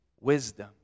wisdom